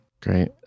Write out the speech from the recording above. Great